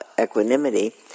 equanimity